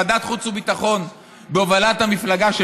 וועדת חוץ וביטחון בהובלת המפלגה של